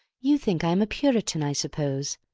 you think i am a puritan, i suppose?